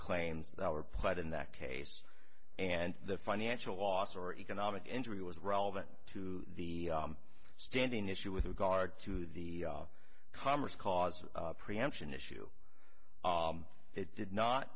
claims that were put in that case and the financial loss or economic injury was relevant to the standing issue with regard to the commerce clause preemption issue it did not